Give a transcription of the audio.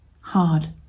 Hard